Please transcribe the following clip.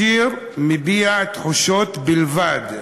השיר מביע תחושות בלבד,